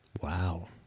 Wow